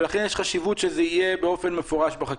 ולכן יש חשיבות שזה יהיה באופן מפורש בחקיקה.